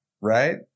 right